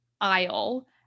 aisle